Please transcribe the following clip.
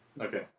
Okay